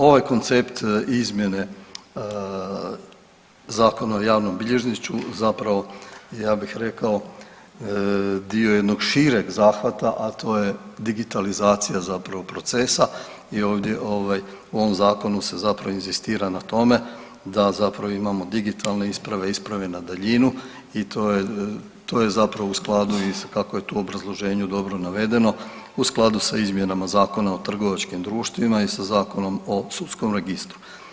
Ovaj koncept izmjene Zakona o javnom bilježništvu je zapravo ja bih rekao dio jednog šireg zahvata, a to je digitalizacija zapravo procesa i ovdje ovaj u ovom zakonu se zapravo inzistira na tome da zapravo imamo digitalne isprave i isprave na daljinu i to je, to je zapravo u skladu i kako je to u obrazloženju dobro navedeno, u skladu sa izmjenama Zakona o trgovačkim društvima i sa Zakonom o sudskom registru.